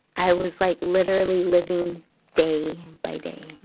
i was like literally living day by day.